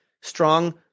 strong